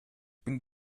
bin